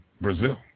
Brazil